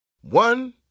One